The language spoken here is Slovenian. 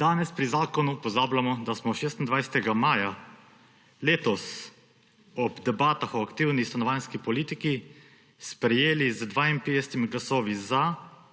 Danes pri zakonu pozabljamo, da smo 26. maja letos ob debatah o aktivni stanovanjski politiki sprejeli z 52 glasovi za